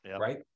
right